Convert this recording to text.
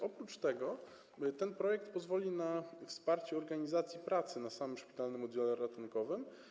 Oprócz tego ten projekt pozwoli na wsparcie organizacji pracy na samym szpitalnym oddziale ratunkowym.